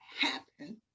happen